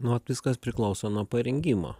nu vat viskas priklauso nuo parengimo